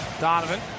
donovan